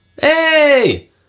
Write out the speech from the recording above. hey